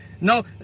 No